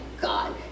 God